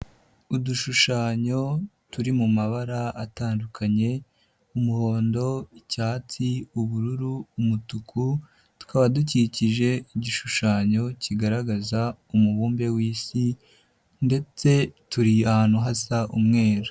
Udushushanyo turi mu mabara atandukanye, umuhondo, icyatsi, ubururu, umutuku, tukaba dukikije igishushanyo kigaragaza umubumbe w'Isi ndetse turi ahantu hasa umweru.